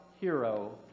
hero